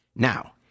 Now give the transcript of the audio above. Now